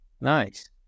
nice